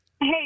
Hey